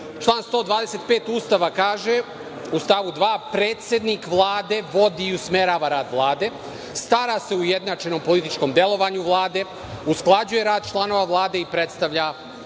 125. Ustava kaže u stavu 2. da predsednik Vlade vodi i usmerava rad Vlade, stara se o ujednačenom političkom delovanju Vlade, usklađuje rad članova Vlade i predstavlja Vladu.